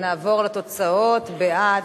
נעבור לתוצאות: בעד,